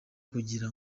kugira